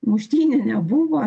muštynių nebuvo